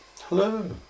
Hello